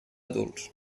adults